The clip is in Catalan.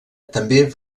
també